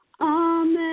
amen